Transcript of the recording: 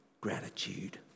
gratitude